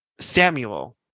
Samuel